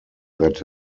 that